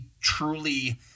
truly